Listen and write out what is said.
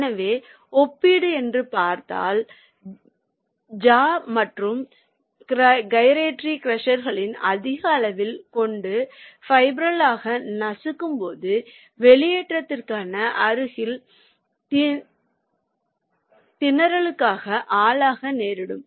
எனவே ஒப்பீடு என்று பார்த்தால் ஜா மற்றும் கைரேட்டரி க்ரஷர் களின் அதிக அளவில் கொண்டு friable ராக் நசுக்கும்போது வெளியேற்றத்திற்கு அருகில்திணறலுக்கு ஆளாக நேரிடும்